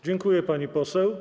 Dziękuję, pani poseł.